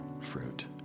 fruit